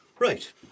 Right